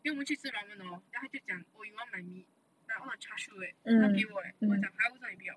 then 我们去吃 ramen hor then 他就讲 oh you want my meat like all the char siew eh 他给我 eh then 我讲 !huh! 你为什么你不要